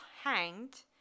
hanged